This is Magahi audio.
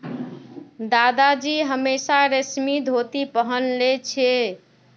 दादाजी हमेशा रेशमी धोती पह न छिले